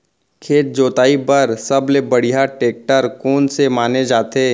खेत जोताई बर सबले बढ़िया टेकटर कोन से माने जाथे?